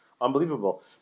unbelievable